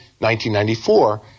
1994